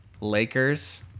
Lakers